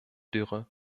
dürre